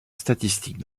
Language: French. statistique